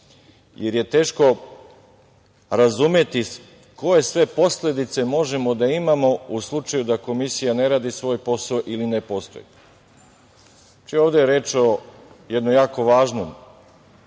jer je teško razumeti ko je sve posledice možemo da imamo u slučaju da Komisija ne radi svoj posao ili ne postoji. Ovde je reč o jednom jako važnom